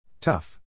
Tough